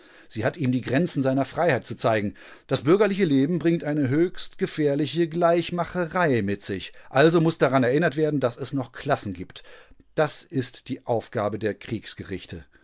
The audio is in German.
sie hat ihm die grenzen seiner freiheit zu zeigen das bürgerliche leben bringt eine höchst gefährliche gleichmacherei mit sich also muß daran erinnert werden daß es noch klassen gibt das ist die aufgabe der kriegsgerichte